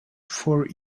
for